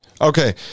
Okay